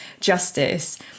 justice